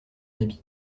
habit